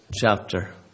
chapter